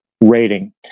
rating